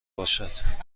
باشد